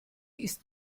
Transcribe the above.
ist